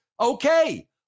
okay